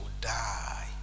die